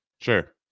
sure